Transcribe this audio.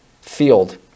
field